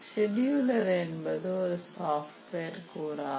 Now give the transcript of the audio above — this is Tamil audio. செடியுலர் என்பது ஒரு சாஃப்ட்வேர் கூறாகும்